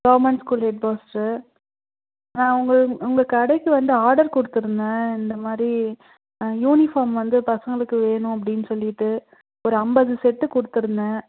government school headmaster நான் உங்கள் உங்கள் கடைக்கு வந்து ஆர்டர் கொடுத்துருந்தேன் இந்த மாதிரி யூனிஃபார்ம் வந்து பசங்களுக்கு வேணும் அப்படின்னு சொல்லிட்டு ஒரு ஐம்பது செட்டு கொடுத்துருந்தேன்